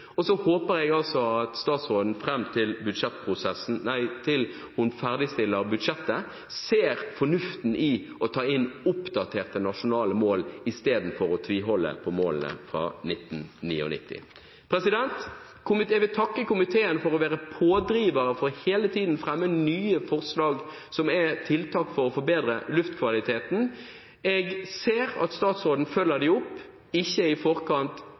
Så håper jeg at statsråden fram til hun ferdigstiller budsjettet, ser fornuften i å ta inn oppdaterte nasjonale mål, istedenfor å tviholde på målene fra 1999. Jeg vil takke komiteen for hele tiden å være pådriver for å fremme nye forslag til tiltak for å forbedre luftkvaliteten. Jeg ser at statsråden følger dem opp, ikke i forkant,